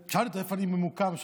שאלתי אותו איפה אני ממוקם שם.